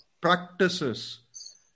practices